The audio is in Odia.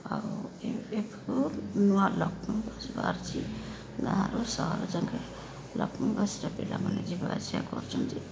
ଆଉ ଏ ଏଇଠୁ ନୂଆ ଲକ୍ଷ୍ମୀ ବସ ବାହାରିଛି ଗାଁରୁ ସହର ଯାକେ ଲକ୍ଷ୍ମୀ ବସରେ ପିଲାମାନେ ଯିବା ଆସିବା କରୁଛନ୍ତି